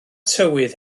tywydd